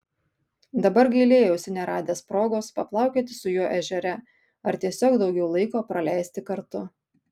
dabar gailėjausi neradęs progos paplaukioti su juo ežere ar tiesiog daugiau laiko praleisti kartu